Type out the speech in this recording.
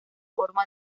forma